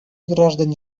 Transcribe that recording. граждане